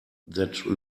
that